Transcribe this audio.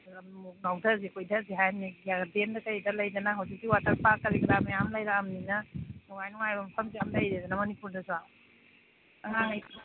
ꯑꯃꯨꯛ ꯃꯨꯛ ꯉꯥꯎꯊꯁꯤ ꯀꯣꯏꯊꯁꯤ ꯍꯥꯏꯔꯤꯅꯤ ꯒꯥꯔꯗꯦꯟꯗ ꯀꯔꯤꯗ ꯂꯩꯗꯅ ꯍꯧꯖꯤꯛꯀꯤ ꯋꯥꯇꯔ ꯄꯥꯛ ꯀꯔꯤ ꯀꯔꯥ ꯃꯌꯥꯝ ꯂꯩꯔꯛꯑꯃꯤꯅ ꯅꯨꯡꯉꯥꯏ ꯅꯨꯡꯉꯥꯏꯕ ꯃꯐꯝꯁꯨ ꯌꯥꯝ ꯂꯩꯔꯦꯗꯅ ꯃꯅꯤꯄꯨꯔꯗꯁꯨ ꯑꯉꯥꯡꯈꯩ